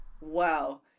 wow